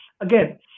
again